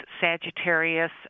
Sagittarius